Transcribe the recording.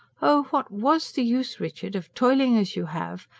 oh, what was the use, richard, of toiling as you have,